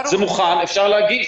זה מוכן ואפשר להגיש.